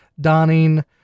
donning